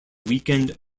weekend